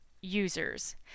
users